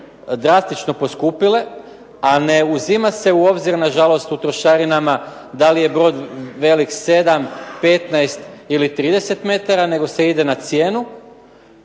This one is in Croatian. drastično poskupile, a ne uzima se u obzir na žalost u trošarinama da li je brod velik 7, 15 ili 30 m nego se ide na cijenu.